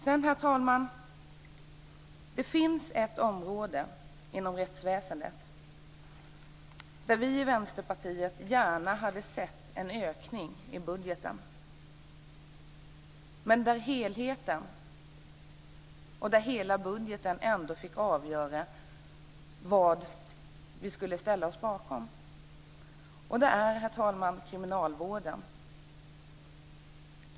Herr talman! Det finns ett område inom rättsväsendet där vi i Vänsterpartiet gärna hade sett en ökning i budgeten, men där helheten och hela budgeten ändå fick avgöra vad vi skulle ställa oss bakom, och det är kriminalvården.